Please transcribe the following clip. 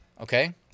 Okay